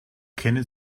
kennen